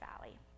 valley